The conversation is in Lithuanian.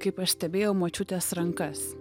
kaip aš stebėjau močiutės rankas